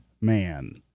man